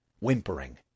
whimpering